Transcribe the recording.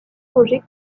roger